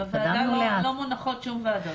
בוועדה לא מונחות שום תקנות.